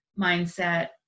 mindset